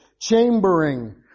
Chambering